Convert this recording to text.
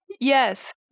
Yes